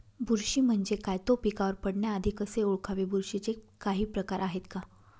बुरशी म्हणजे काय? तो पिकावर पडण्याआधी कसे ओळखावे? बुरशीचे काही प्रकार आहेत का?